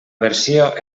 versió